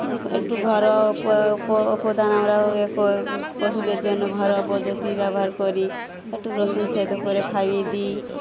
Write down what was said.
একটু ঘরোয়া উপাদান আমরা পশুদের জন্য ঘরোয়া পদ্ধতি ব্যবহার করি একটু রসুন থেঁতো করে খাইয়ে দিই